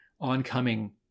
oncoming